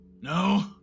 No